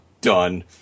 done